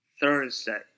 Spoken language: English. Thursday